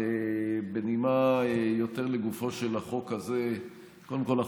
בנימה יותר לגופו של החוק הזה: קודם כול,